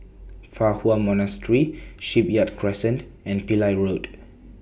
Fa Hua Monastery Shipyard Crescent and Pillai Road